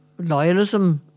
loyalism